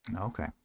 Okay